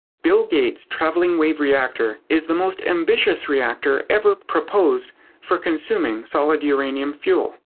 bill gate's travelling wave reactor is the most ambitious reactor ever proposed for consuming solid uranium fuel.